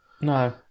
No